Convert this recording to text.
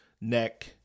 neck